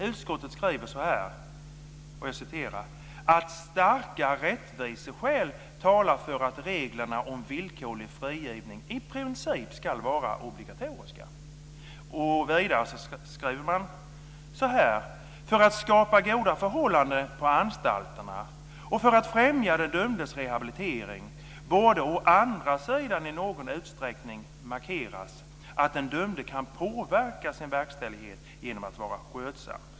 Utskottet skriver att starka rättviseskäl talar för att reglerna om villkorlig frigivning i princip ska vara obligatoriska. Vidare skriver man: För att skapa goda förhållanden på anstalterna och för att främja den dömdes rehabilitering borde å andra sidan i någon utsträckning markeras att den dömde kan påverka sin verkställighet genom att vara skötsam.